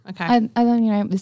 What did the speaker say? okay